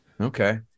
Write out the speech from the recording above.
Okay